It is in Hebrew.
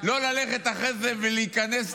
לא ללכת אחרי זה ולהיכנס,